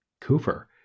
Cooper